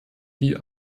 die